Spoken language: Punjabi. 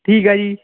ਠੀਕ ਹੈ ਜੀ